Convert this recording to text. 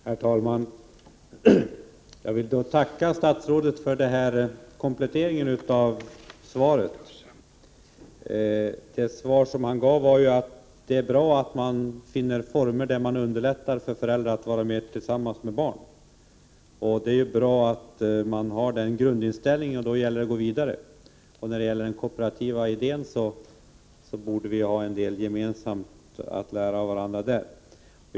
Herr talman! Jag vill tacka statsrådet för denna komplettering. Statsrådet sade att det är bra om man finner former där man underlättar för föräldrarna att vara tillsammans med sina barn. Det är bra att man har den grundinställningen. Då gäller det bara att gå vidare. När det gäller den kooperativa idén borde vi ha en hel del att lära av varandra.